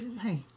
Hey